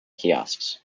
kiosks